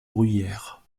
bruyères